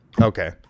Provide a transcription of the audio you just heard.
Okay